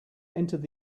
entered